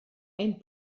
ein